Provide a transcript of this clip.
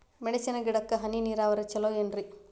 ಮೆಣಸಿನ ಗಿಡಕ್ಕ ಹನಿ ನೇರಾವರಿ ಛಲೋ ಏನ್ರಿ?